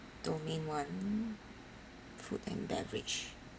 domain one food and beverage